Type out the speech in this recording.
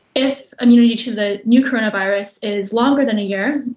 if immunity to the new coronavirus is longer than a year,